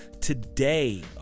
today